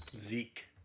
Zeke